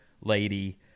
lady